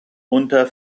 unter